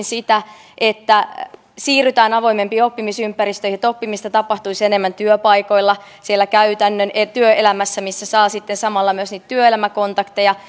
sitä että siirrytään avoimempiin oppimisympäristöihin että oppimista tapahtuisi enemmän työpaikoilla siellä käytännön työelämässä missä saa sitten samalla myös niitä työelämäkontakteja